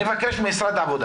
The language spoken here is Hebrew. אני מבקש לשמוע את משרד העבודה